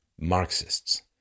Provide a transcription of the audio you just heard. Marxists